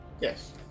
Yes